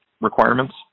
requirements